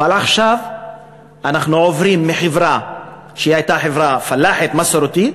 עכשיו אנחנו עוברים מחברה שהייתה חברה פלאחית מסורתית